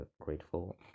grateful